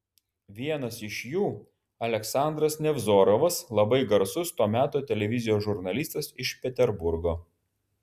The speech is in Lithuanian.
vienas iš jų aleksandras nevzorovas labai garsus to meto televizijos žurnalistas iš peterburgo